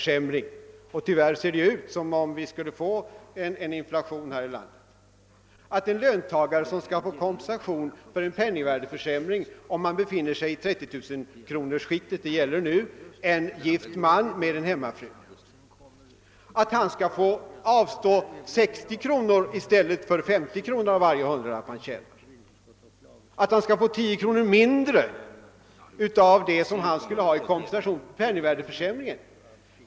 Om en löntagare i 30 000-kronorsskiktet — en gift man med hemmafru — får kompensation för penningvärdeförsämringen, är det då rimligt att han skall avstå 60 kronor i stället för 50 kronor av varje hundralapp han tjänar, d.v.s. att han får 10 kronor mindre av vad han skulle ha i kompensation?